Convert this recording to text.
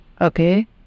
Okay